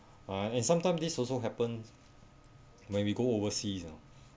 uh and sometimes this also happened when we go overseas you know